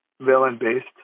villain-based